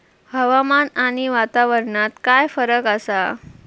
हवामान आणि वातावरणात काय फरक असा?